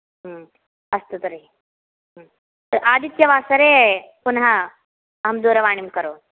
अस्तु तर्हि आदित्यवासरे पुनः अहं दूरवाणिं करोमि